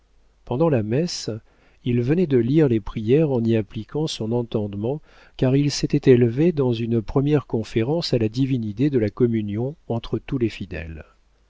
pendant la messe il venait de lire les prières en y appliquant son entendement car il s'était élevé dans une première conférence à la divine idée de la communion entre tous les fidèles